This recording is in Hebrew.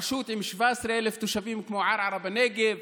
רשות עם 17,000 תושבים כמו ערערה בנגב,